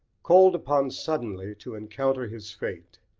called upon suddenly to encounter his fate,